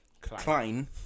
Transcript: Klein